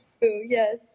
yes